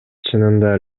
чынында